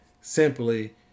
simply